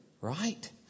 right